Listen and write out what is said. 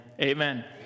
Amen